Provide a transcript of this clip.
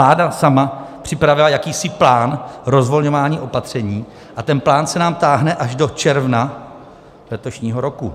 Vláda sama připravila jakýsi plán rozvolňování opatření a ten plán se nám táhne až do června letošního roku.